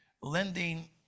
lending